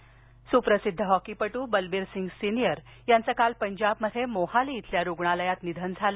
बलबीर सिंग निघन सुप्रसिद्ध हॉकीपटू बलबीर सिंग सिनियर यांचं काल पंजाबमध्ये मोहाली इथल्या रुग्णालयात निधन झालं